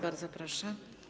Bardzo proszę.